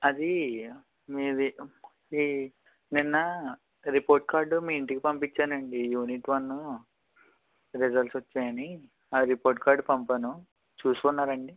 అది మీది నిన్న రిపోర్ట్ కార్డు మీ ఇంటికి పంపించాను అండి యూనిట్ వన్ రిజల్స్ వచ్చాయని ఆ రిపోర్ట్ కార్డు పంపాను చూసుకున్నారా అండి